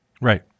Right